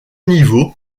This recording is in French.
niveaux